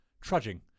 Trudging